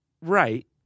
Right